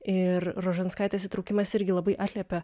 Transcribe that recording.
ir rožanskaitės įtraukimas irgi labai atliepia